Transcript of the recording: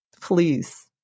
Please